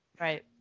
right